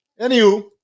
Anywho